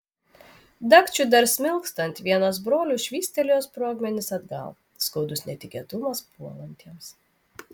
dagčiui dar smilkstant vienas brolių švystelėjo sprogmenis atgal skaudus netikėtumas puolantiems